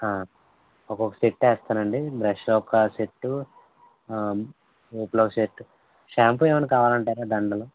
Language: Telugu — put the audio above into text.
ఒకొక్క సెట్ వేస్తానండి బ్రష్ ఒక సెట్టు సోప్లు ఒక సెట్టు షాంపు ఏమన్నా కావాలంటారా దండలు